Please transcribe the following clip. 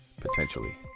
potentially